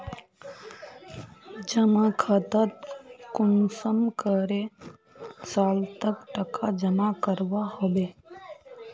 जमा खातात कुंसम करे साल तक टका जमा करवा होबे?